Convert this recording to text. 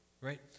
right